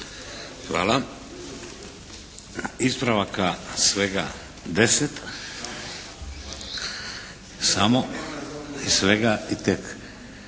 Hvala. Ispravaka svega deset. Samo i svega i tek.